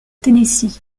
tennessee